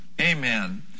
Amen